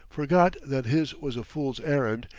forgot that his was a fool's errand,